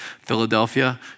Philadelphia